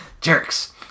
Jerks